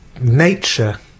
nature